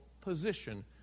position